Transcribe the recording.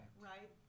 right